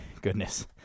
goodness